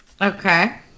okay